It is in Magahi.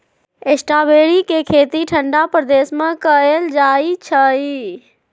स्ट्रॉबेरी के खेती ठंडा प्रदेश में कएल जाइ छइ